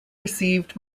received